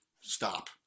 stop